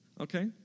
okay